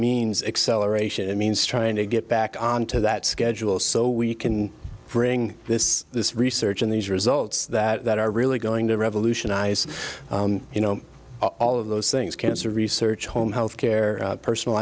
means acceleration it means trying to get back on to that schedule so we can bring this this research in these results that are really going to revolutionize you know all of those things cancer research home health care personal